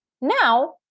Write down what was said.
Now